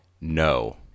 No